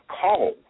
call